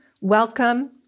welcome